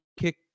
kick